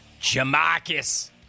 Jamarcus